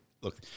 Look